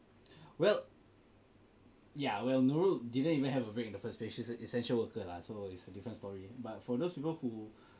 well ya well Nurul didn't even have a break in the first place she is an essential worker lah so it's a different story but for those people who